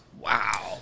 wow